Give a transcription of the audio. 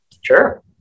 Sure